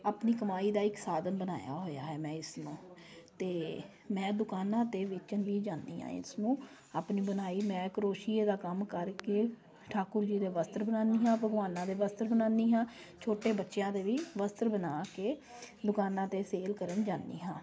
ਆਪਣੀ ਕਮਾਈ ਦਾ ਇੱਕ ਸਾਧਨ ਬਣਾਇਆ ਹੋਇਆ ਹੈ ਮੈਂ ਇਸ ਨੂੰ ਅਤੇ ਮੈਂ ਦੁਕਾਨਾਂ 'ਤੇ ਵੇਚਣ ਵੀ ਜਾਂਦੀ ਹਾਂ ਇਸ ਨੂੰ ਆਪਣੀ ਬੁਣਾਈ ਮੈਂ ਕਰੋਸ਼ੀਏ ਦਾ ਕੰਮ ਕਰਕੇ ਠਾਕੁਰ ਜੀ ਦੇ ਬਸਤਰ ਬਣਾਉਂਦੀ ਹਾਂ ਭਗਵਾਨਾਂ ਦੇ ਬਸਤਰ ਬਣਾਉਂਦੀ ਹਾਂ ਛੋਟੇ ਬੱਚਿਆਂ ਦੇ ਵੀ ਬਸਤਰ ਬਣਾ ਕੇ ਦੁਕਾਨਾਂ 'ਤੇ ਸੇਲ ਕਰਨ ਜਾਂਦੀ ਹਾਂ